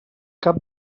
cap